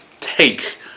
take